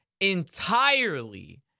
entirely